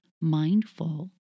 mindful